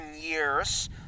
years